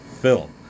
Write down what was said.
film